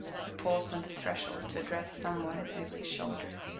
who paused on the threshold to address some one over his shoulder.